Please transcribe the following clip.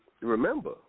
Remember